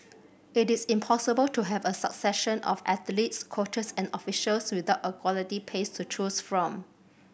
it is impossible to have a succession of athletes coaches and officials without a quality base to choose from